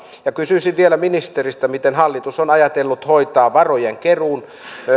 kysyisin vielä ministeriltä miten hallitus on ajatellut hoitaa varojen keruun